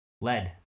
Lead